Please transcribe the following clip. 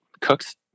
cooks